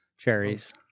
Cherries